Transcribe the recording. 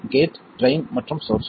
gate drain மற்றும் source